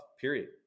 period